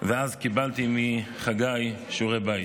ואז קיבלתי מחגי שיעורי בית.